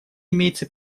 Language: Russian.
имеется